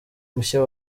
mushya